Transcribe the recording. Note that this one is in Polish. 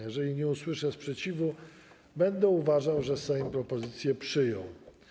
Jeżeli nie usłyszę sprzeciwu, będę uważał, że Sejm propozycję przyjął.